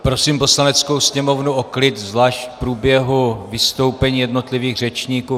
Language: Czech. Prosím Poslaneckou sněmovnu o klid, zvlášť v průběhu vystoupení jednotlivých řečníků.